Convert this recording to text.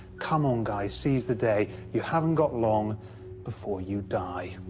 come on, guys, seize the day, you haven't got long before you die.